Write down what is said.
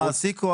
היא, המעסיק.